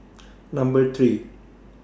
Number three